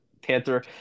Panther